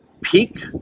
peak